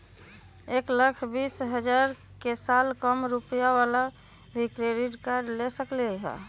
एक लाख बीस हजार के साल कम रुपयावाला भी क्रेडिट कार्ड ले सकली ह?